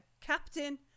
captain